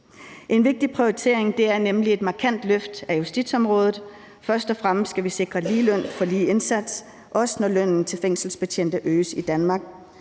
En vigtig prioritering er nemlig et markant løft af justitsområdet. Først og fremmest skal vi sikre ligeløn for lige indsats, også når lønnen til fængselsbetjente øges i Danmark.